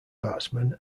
batsman